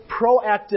proactive